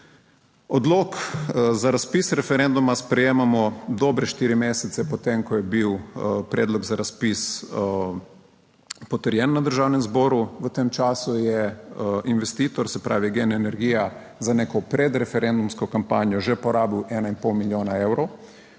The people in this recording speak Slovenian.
Odlok za razpis referenduma sprejemamo dobre štiri mesece po tem, ko je bil predlog za razpis potrjen na Državnem zboru. V tem času je investitor, se pravi GEN energija za neko predreferendumsko kampanjo že porabil ena in pol milijona evrov,